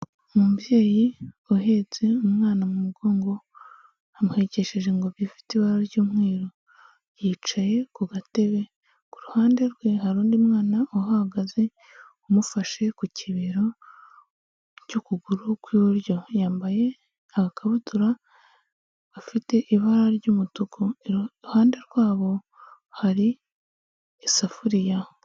Umubyeyi wahetse umwana mu mugongo amuhekesheje ingobyi ifite ibara ry'umweru yicaye ku gatebe kuruhande rwe hari undi mwana uhagaze umufashe ku kibero cy'ukuguru kw'iburyo yambaye agakabutura gafite ibara ry'umutuku iruhande rwabo hari isafuriya.